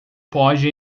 pode